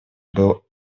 был